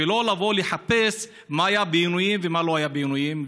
ולא לבוא לחפש מה היה בעינויים ומה לא היה בעינויים.